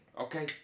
okay